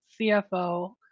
cfo